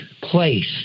place